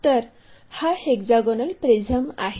तर हा hexagonal prism आहे